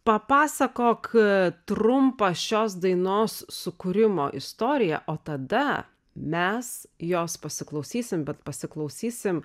papasakok trumpą šios dainos sukūrimo istoriją o tada mes jos pasiklausysim bet pasiklausysim